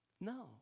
No